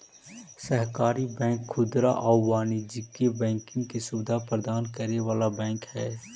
सहकारी बैंक खुदरा आउ वाणिज्यिक बैंकिंग के सुविधा प्रदान करे वाला बैंक हइ